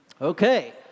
Okay